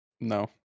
No